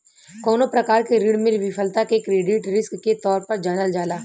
कवनो प्रकार के ऋण में विफलता के क्रेडिट रिस्क के तौर पर जानल जाला